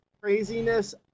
craziness